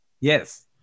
Yes